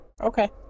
Okay